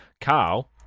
Carl